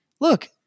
look